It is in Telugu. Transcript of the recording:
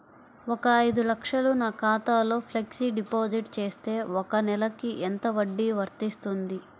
ఒక ఐదు లక్షలు నా ఖాతాలో ఫ్లెక్సీ డిపాజిట్ చేస్తే ఒక నెలకి ఎంత వడ్డీ వర్తిస్తుంది?